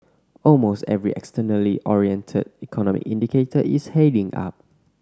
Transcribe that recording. almost every externally oriented economic indicator is heading up